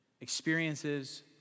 experiences